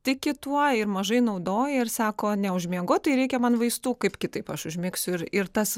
tiki tuo ir mažai naudoja ir sako neužmiegu tai reikia man vaistų kaip kitaip aš užmigsiu ir ir tas